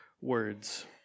words